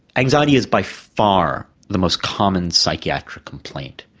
anxiety is by far the most common psychiatric complaint.